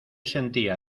sentía